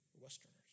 Westerners